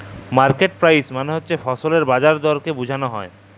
market price মালে হছে ফসলের বাজার দরকে বুঝাল হ্যয়